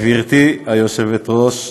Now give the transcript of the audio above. גברתי היושבת-ראש,